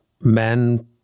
men